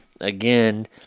again